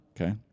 Okay